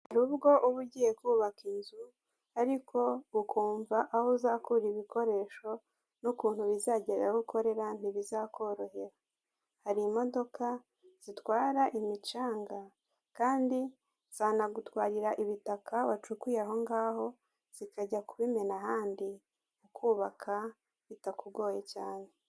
Hari ubwo uba ugiye kubaka inzu ariko ukumva aho uzakura ibikoresho n'ukuntu bizagera aho ukorera ntibizakorohera. Hari imodoka zitwara imicanga kandi zanagutwarira ibitaka wacukuye ahongaho zikajya kubimena ahandi ukubaka bitakugoye cyane.